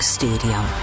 stadium